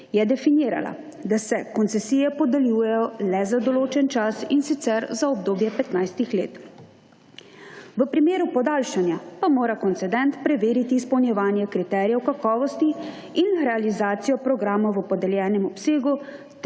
je definirala, da se koncesije podeljujejo le za določen čas in sicer za obdobje 15. let. V primeru podaljšanja pa mora koncendent preveriti izpolnjevanje kriterijev kakovosti in realizacijo programa v podeljenem obsegu